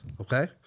Okay